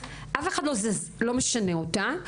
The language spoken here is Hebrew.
אף אחד לא משנה אותה,